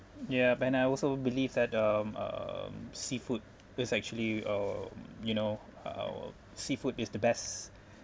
ya and I also believe that um um seafood is actually uh you know our seafood is the best